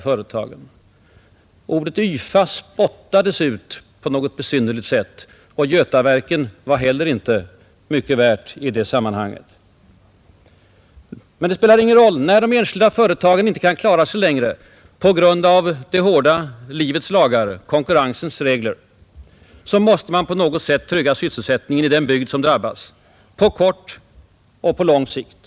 Namnet YFA ”spottades ut”, och Götaverken var heller inte mycket värda i det sammanhanget. Men man har inte rätt att utan vidare anklaga enskilda företag därför att de inte kan klara sig på grund av det hårda livets lagar och konkurrensens regler. Nr 53 Det är då samhällets ansvar kommer in i bilden. På något sätt måste : RUE : ä Tisdagen den sysselsättningen i den bygd som drabbas tryggas på kort och på lång sikt.